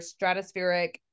stratospheric